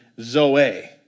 zoe